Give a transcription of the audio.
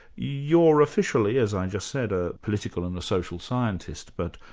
you're officially, as i've just said, a political and a social scientist, but,